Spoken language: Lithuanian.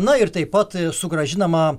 na ir taip pat sugrąžinama